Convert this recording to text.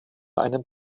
einen